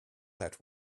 that